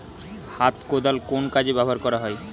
হাত কোদাল কোন কাজে ব্যবহার করা হয়?